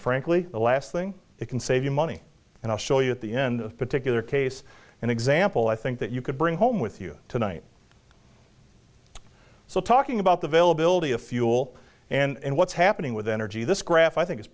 frankly the last thing it can save you money and i'll show you at the end of particular case an example i think that you could bring home with you tonight so talking about the veil ability of fuel and what's happening with energy this graph i think is